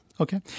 Okay